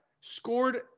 Scored